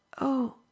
Oh